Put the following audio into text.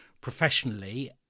professionally